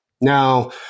Now